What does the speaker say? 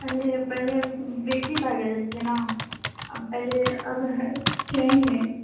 पहिले पहिले बिक्री भए गेल छै ने आब पहिले आब छै ही नहि